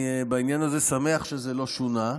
בעניין הזה אני שמח שזה לא שונה.